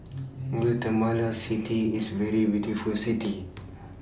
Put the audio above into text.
Guatemala City IS A very beautiful City